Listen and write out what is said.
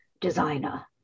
designer